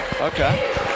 Okay